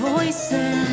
Voices